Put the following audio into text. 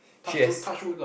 touch wood touch wood lah